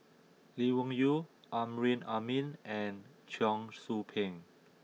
Lee Wung Yew Amrin Amin and Cheong Soo Pieng